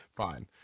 fine